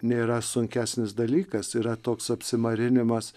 nėra sunkesnis dalykas yra toks apsimarinimas